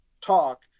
talk